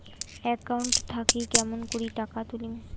Account থাকি কেমন করি টাকা তুলিম?